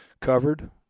covered